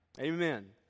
Amen